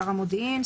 שר המודיעין,